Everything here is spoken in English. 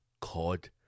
cod